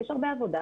יש הרבה עבודה.